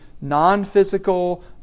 non-physical